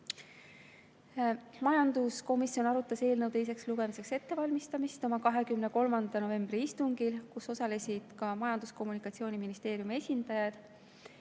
Majanduskomisjon arutas eelnõu teiseks lugemiseks ettevalmistamist oma 23. novembri istungil, kus osalesid ka Majandus- ja Kommunikatsiooniministeeriumi esindajad.